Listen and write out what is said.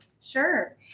Sure